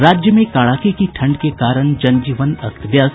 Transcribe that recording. और राज्य में कड़ाके की ठंड के कारण जनजीवन अस्त व्यस्त